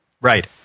right